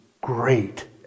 great